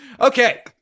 Okay